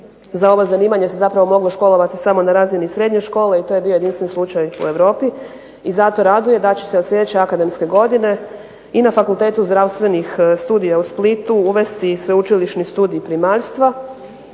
za ovo zanimanje se zapravo moglo školovati samo na razini srednje škole i to je bio jedinstven slučaj u Europi i zato raduje da će se od sljedeće akademske godine i na Fakultetu zdravstvenih studija u Splitu uvesti sveučilišni studij primaljstva,